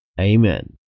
Amen